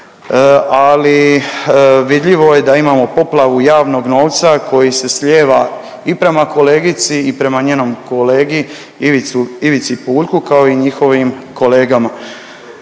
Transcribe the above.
ali vidljivo je da imamo poplavu javnog novca koji se slijeva i prema kolegici i prema njenom kolegi Ivici Puljku kao i njihovim kolegama.